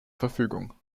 verfügung